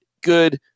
good